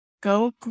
go